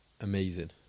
amazing